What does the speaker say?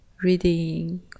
Reading